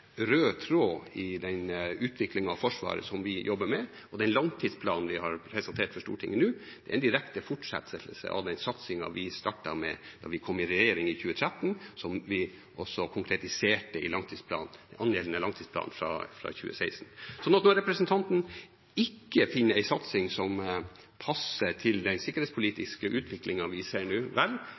rød tråd i den utviklingen av Forsvaret som vi jobber med, og den langtidsplanen vi har presentert for Stortinget nå, er en direkte fortsettelse av den satsingen vi startet med da vi kom i regjering i 2013, som vi også konkretiserte i angjeldende langtidsplan fra 2016. Så når representanten ikke finner en satsing som passer til den sikkerhetspolitiske utviklingen vi ser nå – vel,